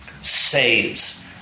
saves